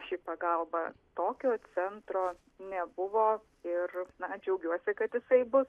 ši pagalba tokio centro nebuvo ir na džiaugiuosi kad jisai bus